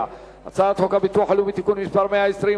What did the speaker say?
הצעת חוק הביטוח הלאומי (תיקון מס' 120),